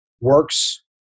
works